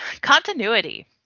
Continuity